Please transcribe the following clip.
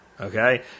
okay